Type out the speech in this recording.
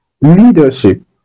leadership